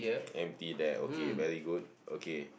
empty that okay very good okay